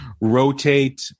rotate